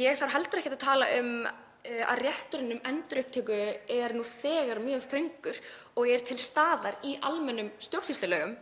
Ég þarf heldur ekki að tala um að rétturinn um endurupptöku er nú þegar mjög þröngur og er til staðar í almennum stjórnsýslulögum.